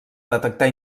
detectar